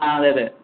ആ അതെ അതെ